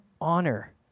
honor